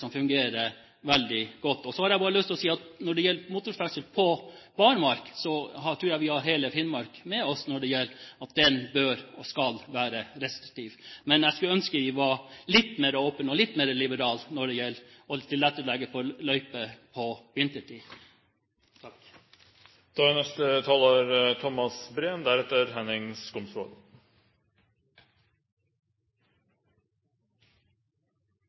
som fungerer godt. Så har jeg bare lyst til å si at når det gjelder motorferdsel på barmark, tror jeg vi har hele Finnmark med oss i at det bør og skal være restriktivt. Men jeg skulle ønske vi var litt mer åpne og litt mer liberale når det gjelder å tilrettelegge for løyper på